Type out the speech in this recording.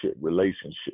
relationship